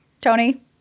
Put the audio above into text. Tony